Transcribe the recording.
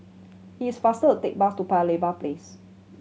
it is faster to take the bus to Paya Lebar Place